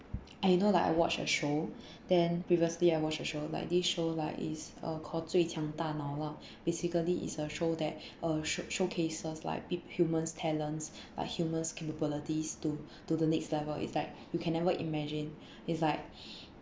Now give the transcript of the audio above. you know like I watched a show then previously I watched a show like this show like is uh called like zui qiang da nao lah basically is a show that uh show~ showcases like bea~ humans talents but human's capabilities to to the next level is like you can never imagine is like